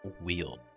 wheel